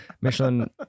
Michelin